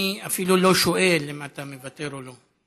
אני אפילו לא שואל אם אתה מוותר או לא.